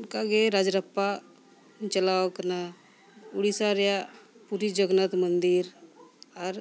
ᱚᱱᱠᱟᱜᱮ ᱨᱟᱡᱽ ᱨᱟᱯᱯᱟ ᱦᱚᱧ ᱪᱟᱞᱟᱣ ᱟᱠᱟᱱᱟ ᱩᱲᱤᱥᱥᱟ ᱨᱮᱭᱟᱜ ᱯᱩᱨᱤ ᱡᱚᱜᱚᱱᱟᱛᱷ ᱢᱚᱱᱫᱤᱨ ᱟᱨ